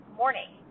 morning